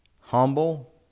humble